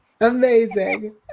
amazing